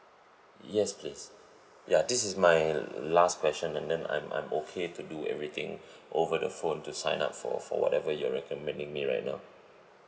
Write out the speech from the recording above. yes please ya this is my last question and then I'm I'm okay to do everything over the phone to sign up for for whatever you are recommending me right now